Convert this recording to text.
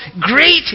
great